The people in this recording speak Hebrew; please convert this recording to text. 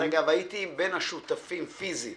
דרך אגב, הייתי בין השותפים פיזית